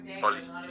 policy